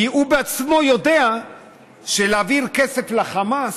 כי הוא בעצמו יודע שהעברת כסף לחמאס,